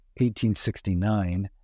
1869